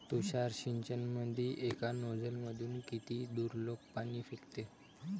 तुषार सिंचनमंदी एका नोजल मधून किती दुरलोक पाणी फेकते?